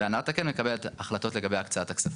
והנהלת הקרן מקבלת החלטות לגבי הקצאת הכספים.